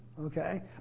Okay